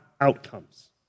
outcomes